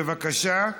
בבקשה.